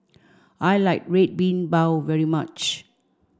I like Red Bean Bao very much